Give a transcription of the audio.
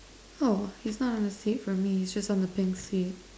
how he's not on the seat for me he's just on the pink seat